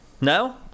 No